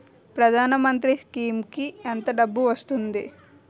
ప్రధాన మంత్రి స్కీమ్స్ కీ ఎంత డబ్బు వస్తుంది?